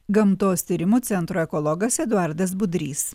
gamtos tyrimų centro ekologas eduardas budrys